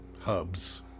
hubs